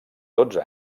dotze